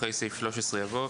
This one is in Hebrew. אחרי סעיף 13 יבוא: